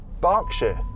Berkshire